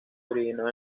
originó